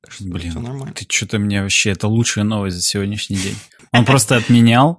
Кажется, Блин, всё нормально. ты чё-то мне вообще, это лучшая новость за сегодняшний день. Он просто отменял.